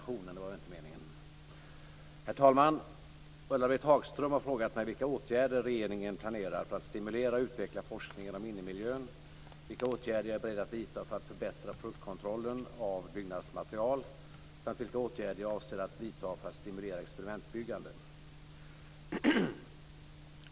Herr talman! Ulla-Britt Hagström har frågat mig vilka åtgärder regeringen planerar för att stimulera och utveckla forskningen om innemiljön, vilka åtgärder jag är beredd att vidta för att förbättra produktkontrollen av byggnadsmaterial samt vilka åtgärder jag avser att vidta för att stimulera experimentbyggandet.